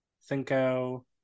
Cinco